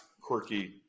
quirky